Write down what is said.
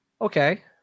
Okay